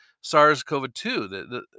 SARS-CoV-2